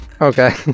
Okay